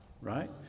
right